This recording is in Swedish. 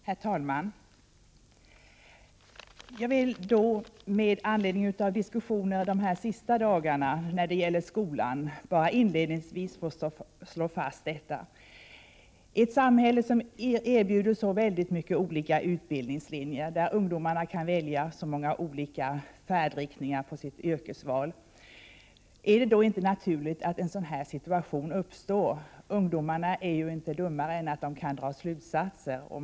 Herr talman! Jag vill med anledning av diskussionerna de senaste dagarna om skolan inledningsvis säga följande. Vi har ett samhälle som erbjuder ett stort antal olika utbildningslinjer där ungomarna kan välja många olika färdriktningar för sitt yrkesval. Är det då inte naturligt att en situation av detta slag uppstår? Ungdomarna är inte dummare än att de kan dra slutsatser.